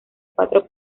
cuatro